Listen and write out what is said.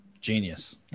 Genius